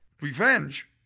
Revenge